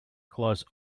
close